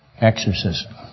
exorcism